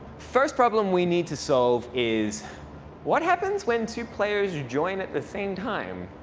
first problem we need to solve is what happens when two players join at the same time?